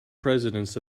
presidents